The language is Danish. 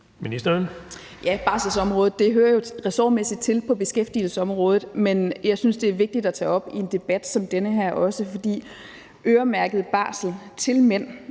Bjerre): Ja, barselsområdet hører jo ressortmæssigt til på beskæftigelsesområdet, men jeg synes også, det er vigtigt at tage det op i en debat som den her. For det, at der nu både er øremærket barsel til kvinder